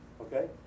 Okay